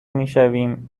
میشویم